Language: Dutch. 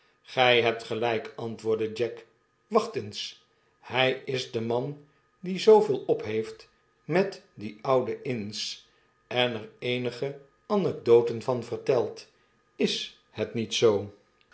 gij hebtgelyk antwoordde jack wacht eens hy is de man die zooveel opheeft met die oude inns en er eenige anekdoten van vertelt is het niet zoo